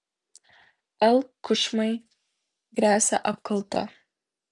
l kučmai gresia apkalta